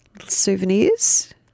souvenirs